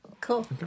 Cool